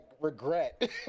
regret